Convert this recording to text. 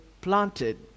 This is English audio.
planted